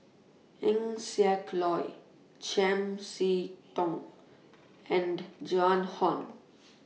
Eng Siak Loy Chiam See Tong and Joan Hon